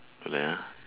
don't like ya